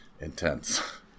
intense